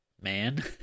man